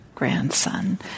Grandson